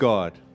God